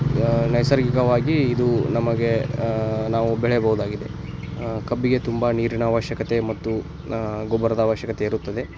ಈಗ ನೈಸರ್ಗಿಕವಾಗಿ ಇದು ನಮಗೆ ನಾವು ಬೆಳೆಯಬಹುದಾಗಿದೆ ಕಬ್ಬಿಗೆ ತುಂಬ ನೀರಿನ ಅವಶ್ಯಕತೆ ಮತ್ತು ಗೊಬ್ಬರದ ಅವಶ್ಯಕತೆ ಇರುತ್ತದೆ